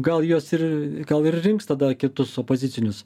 gal juos ir gal ir rinks tada kitus opozicinius